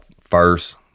first